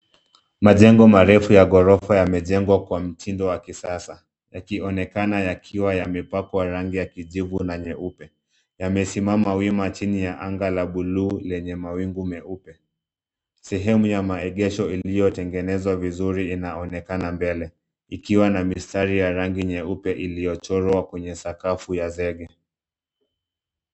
Majengo marefu ya ghorofa yamejengwa kwa mtindo wa kisasa. Yakionekana yakiwa yamepakwa rangi ya kijivu na nyeupe. Yamesimama wima chini ya anga la bluu lenye mawingu meupe. Sehemu ya maegesho iliyotengenezwa vizuri inaonekana mbele, ikiwa na mistari ya rangi nyeupe iliyochorwa kwenye sakafu ya zege.